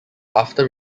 after